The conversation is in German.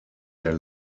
der